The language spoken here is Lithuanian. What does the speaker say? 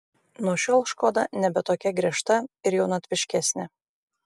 nuo šiol škoda nebe tokia griežta ir jaunatviškesnė